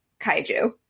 kaiju